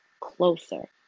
closer